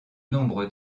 nombre